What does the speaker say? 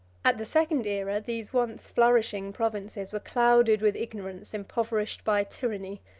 at the second aera, these once flourishing provinces were clouded with ignorance impoverished by tyranny,